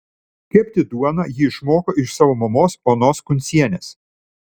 kepti duoną ji išmoko iš savo mamos onos kuncienės